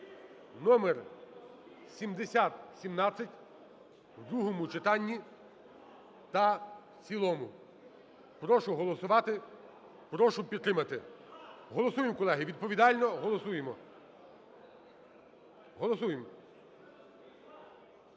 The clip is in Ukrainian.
(№ 7017) у другому читанні та в цілому. Прошу голосувати, прошу підтримати. Голосуємо, колеги, відповідально голосуємо. Голосуємо!